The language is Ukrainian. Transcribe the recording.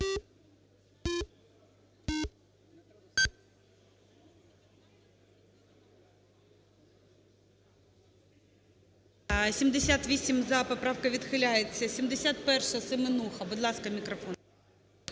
За-78 Поправка відхиляється. 71-а. Семенуха. Будь ласка, мікрофон.